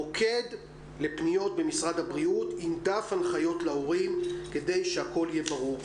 מוקד לפניות במשרד הבריאות עם דף הנחיות להורים כדי שהכול יהיה ברור.